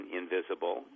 invisible